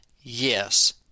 Yes